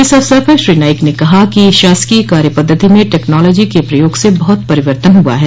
इस अवसर पर श्री नाईक ने कहा कि शासकीय कार्यपद्वति में टेक्नोलॉजी के प्रयोग से बहुत परिवर्तन हुआ है